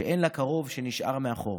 שאין לה קרוב שנשאר מאחור,